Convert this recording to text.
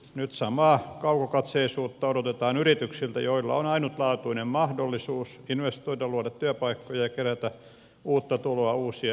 nyt samaa kaukokatseisuutta odotetaan yrityksiltä joilla on ainutlaatuinen mahdollisuus investoida luoda työpaikkoja ja kerätä uutta tuloa uusia investointeja varten